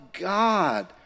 God